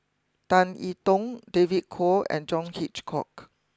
Tan E Tong David Kwo and John Hitchcock